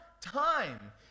time